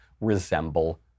resemble